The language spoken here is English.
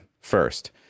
first